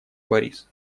борис